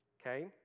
Okay